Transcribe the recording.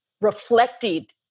reflected